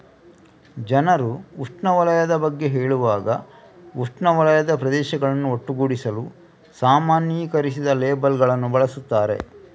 ಜನರು ಉಷ್ಣವಲಯದ ಬಗ್ಗೆ ಹೇಳುವಾಗ ಉಷ್ಣವಲಯದ ಪ್ರದೇಶಗಳನ್ನು ಒಟ್ಟುಗೂಡಿಸಲು ಸಾಮಾನ್ಯೀಕರಿಸಿದ ಲೇಬಲ್ ಗಳನ್ನು ಬಳಸುತ್ತಾರೆ